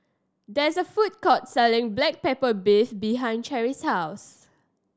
there is a food court selling black pepper beef behind Cherry's house